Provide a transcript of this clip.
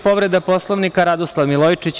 Povreda Poslovnika Radoslav Milojičić.